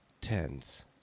tens